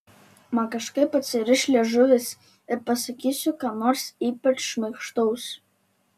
man kažkaip atsiriš liežuvis ir pasakysiu ką nors ypač šmaikštaus